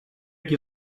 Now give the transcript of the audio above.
qui